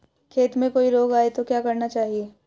खेत में कोई रोग आये तो क्या करना चाहिए?